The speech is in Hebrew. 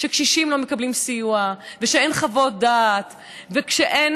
שקשישים לא מקבלים סיוע ושאין חוות דעת ושאין